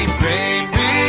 baby